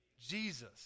Jesus